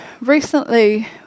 recently